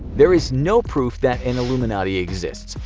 there is no proof that an illuminati exists,